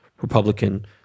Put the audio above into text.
Republican